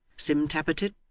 sim tappertit,